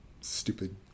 stupid